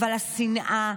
אבל השנאה,